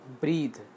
breathe